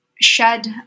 shed